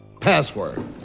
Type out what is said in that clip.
Password